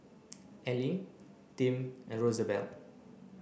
Ely Tim and Rosabelle